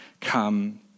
come